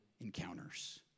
encounters